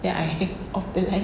then I have off the light